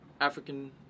African